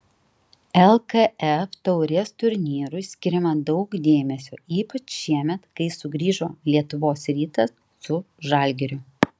lkf taurės turnyrui skiriama daug dėmesio ypač šiemet kai sugrįžo lietuvos rytas su žalgiriu